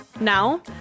Now